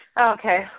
Okay